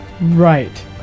Right